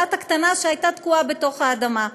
בלטה קטנה שהייתה תקועה בתוך האדמה.